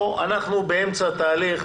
פה אנחנו באמצע התהליך.